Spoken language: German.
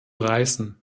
reisen